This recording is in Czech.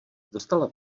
dostala